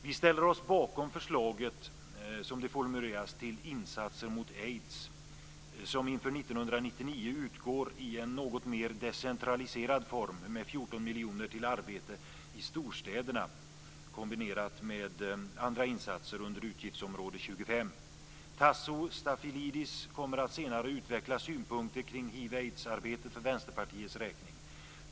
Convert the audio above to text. Vi ställer oss bakom förslaget som det formuleras till insatser mot aids som inför 1999 utgår i en något mer decentraliserad form med 14 miljoner till arbete i storstäderna kombinerat med andra insatser under utgiftsområde 25. Tasso Stafilidis kommer senare att utveckla synpunkter kring hiv/aidsarbetet för Vänsterpartiets räkning.